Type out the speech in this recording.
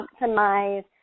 optimize